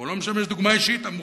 הוא לא משמש דוגמה אישית, אמרו,